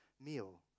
meal